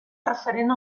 referent